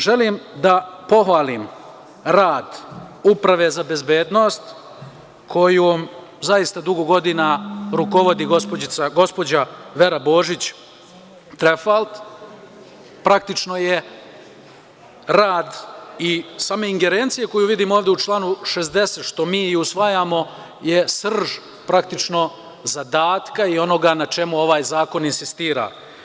Želim da pohvalim rad Uprave za bezbednost kojom zaista dugo godina rukovodi gospođa Vera Božić Trefalt, praktično je rad i sama ingerencije koje vidim ovde u članu 60, što mi i usvajamo je srž praktično zadatka i onoga na čemu ovaj zakon insistira.